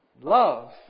love